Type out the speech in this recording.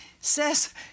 says